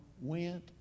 went